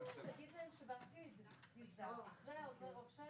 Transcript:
הנוכחית של אותם פרמדיקים כפי שקיים